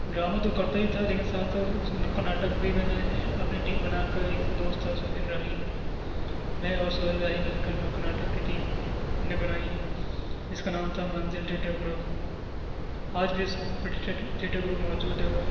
drama تو کرتا ہی تھا لیکن ساتھ ساتھ نکڑ ناٹک بھی میں نے اپنی ٹیم بنا کر ایک دوست تھا سہیل راہی میں اور سہیل راہی مل نکڑ ناٹک کی ٹیم ہم نے بنائی جس کا نام تھا منزل تھیٹر گروپ آج بھی اس تھیٹر ٹھیٹر گروپ موجود ہے